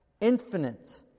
infinite